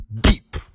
deep